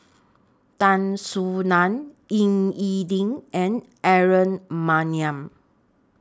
Tan Soo NAN Ying E Ding and Aaron Maniam